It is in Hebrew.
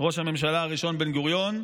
ראש הממשלה הראשון בן-גוריון,